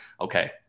okay